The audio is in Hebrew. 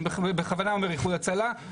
אני בכוונה אומר איחוד הצלה,